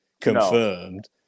confirmed